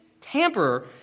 tamper